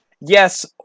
yes